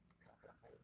okay lah K lah fine lah